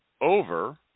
over